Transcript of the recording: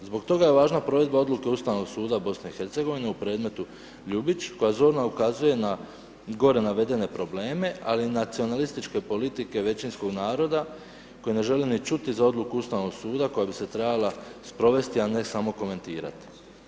Zbog toga je važna provedba odluke Ustavnog suda BiH u predmetu Ljubić koja zorno ukazuje na gore navedene probleme, ali i nacionalističke politike većinskog naroda koji ne žele ni čuti odluku Ustavnog suda koja bi se trebala sprovesti, a ne samo komentirati.